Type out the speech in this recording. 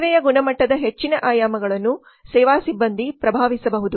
ಸೇವೆಯ ಗುಣಮಟ್ಟದ ಹೆಚ್ಚಿನ ಆಯಾಮಗಳನ್ನು ಸೇವಾ ಸಿಬ್ಬಂದಿ ಪ್ರಭಾವಿಸಬಹುದು